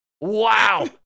Wow